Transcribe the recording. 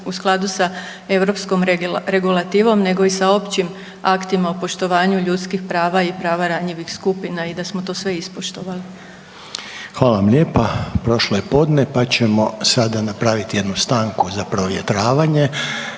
u skladu sa europskom regulativom, nego i sa općim aktima o poštovanju ljudskih prava i prava ranjivih skupina i da smo to sve ispoštovali. **Reiner, Željko (HDZ)** Hvala vam lijepa. Prošlo je podne pa ćemo sada napraviti jednu stanku za provjetravanje